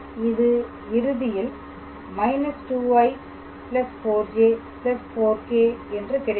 இது இறுதியில் −2i 4j 4k̂ என்று கிடைக்கிறது